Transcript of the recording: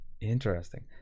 interesting